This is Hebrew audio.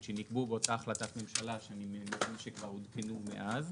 שנקבעו באותה החלטת ממשלה שכבר עודכנו מאז,